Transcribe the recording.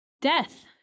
death